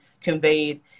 conveyed